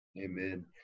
Amen